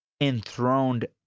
enthroned